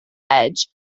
edge